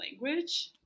language